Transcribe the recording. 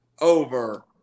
over